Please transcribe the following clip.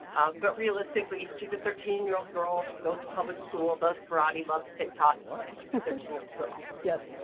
but realistically, she's a thirteen year old girl. she goes to public school, does karate, loves tik tok, cause she's a thirteen year old girl. yes.